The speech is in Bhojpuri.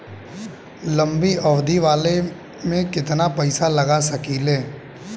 लंबी अवधि वाला में केतना पइसा लगा सकिले?